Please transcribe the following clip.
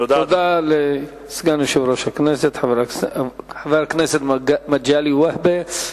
תודה לסגן יושב-ראש הכנסת, חבר הכנסת מגלי והבה.